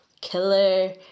killer